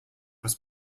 was